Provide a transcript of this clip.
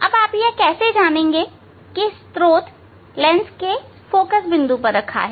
अब हम यह कैसे जानेंगे कि स्त्रोत लेंस के फोकल बिंदु पर रखा है